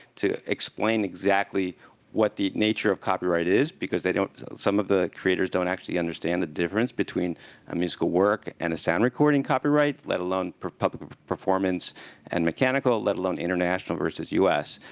to explain exactly what the nature of copyright is. because they don't some of the creators don't actually understand the difference between a musical work and a sound recording copyright, let alone public performance and mechanical, let alone international versus u s.